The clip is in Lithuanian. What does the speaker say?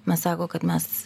na sako kad mes